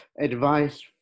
advice